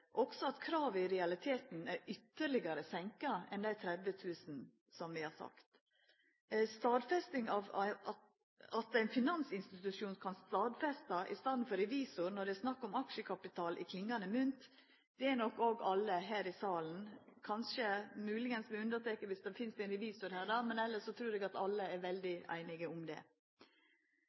også at kravet i realiteten er ytterlegare senka enn dei 30 000 kr som vi har sagt. Det at ein finansinstitusjon kan stadfesta i staden for revisor når det er snakk om aksjekapital i klingande mynt, er nok òg alle her i salen – kanskje med unntak av om det finst ein revisor her – einige om. Arbeidet med forenklingsmål er eit arbeid som denne regjeringa har sett høgt på dagsordenen, og som det